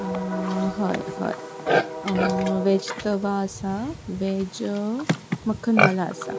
हय हय वेज तवा आसा वेज मक्खनवाला आसा